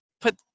put